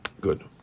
Good